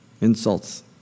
insults